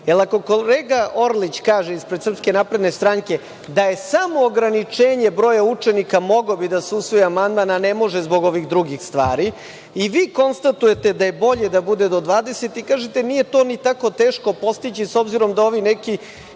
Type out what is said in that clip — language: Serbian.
Ako kolega Orlić kaže, ispred SNS, da je samo ograničenje broja učenika, mogao bi da se usvoji amandman, a ne može zbog drugih stvari i vi konstatujete da je bolje da bude do 20 i kažete – nije to ni tako teško postići, s obzirom da u nekim